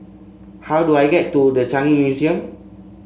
how do I get to The Changi Museum